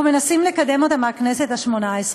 אנחנו מנסים לקדם אותה מאז הכנסת השמונה-עשרה.